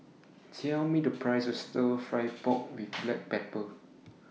Tell Me The Price of Stir Fry Pork with Black Pepper